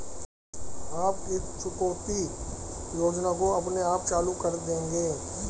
आप किस चुकौती योजना को अपने आप चालू कर देंगे?